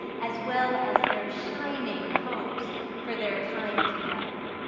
as well as their shining hopes for their time together.